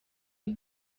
you